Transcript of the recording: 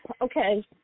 okay